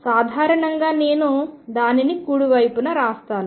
సాధారణంగా నేను దానిని కుడి వైపున వ్రాస్తాను